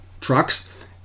trucks